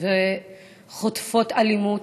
וחוטפות אלימות,